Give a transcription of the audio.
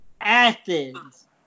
Athens